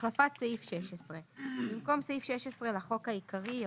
החלפת סעיף 16 13. במקום סעיף 16 לחוק העיקרי יבוא: